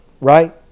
right